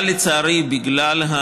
אבל לצערי, בגלל,